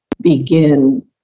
begin